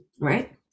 right